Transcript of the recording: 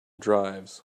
drives